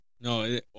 No